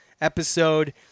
episode